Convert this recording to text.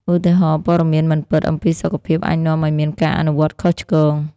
ឧទាហរណ៍ ព័ត៌មានមិនពិតអំពីសុខភាពអាចនាំឲ្យមានការអនុវត្តខុសឆ្គង។